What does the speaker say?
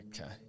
Okay